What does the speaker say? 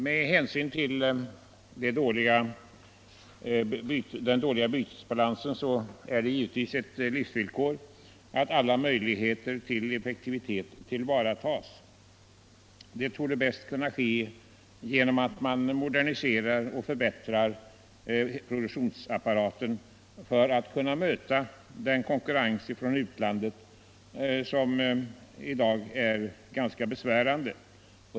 Med hänsyn till vårt lands dåliga bytesbalans är det givetvis ett livsvillkor att alla möjligheter att nå effektivitet tillvaratas. Det borde bäst kunna ske genom att man moderniserar och förbättrar produktionsapparaten för att kunna möta konkurrensen från utlandet, som i dag är ganska besvärande.